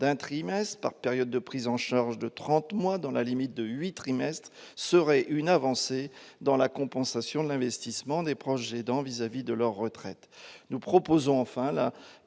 trimestre par période de prise en charge de trente mois, dans la limite de huit trimestres, représenterait une avancée dans la compensation de l'investissement des proches aidants sur le plan de la retraite. Nous proposons, enfin,